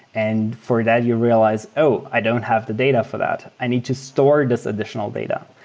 and for that, you realize, oh! i don't have the data for that. i need to store this additional data.